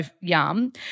yum